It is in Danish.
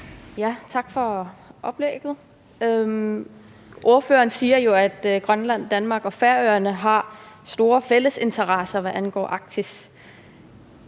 Tak for oplægget. Ordføreren siger jo, at Grønland, Danmark og Færøerne har store fælles interesser, hvad angår Arktis.